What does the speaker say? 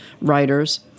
writers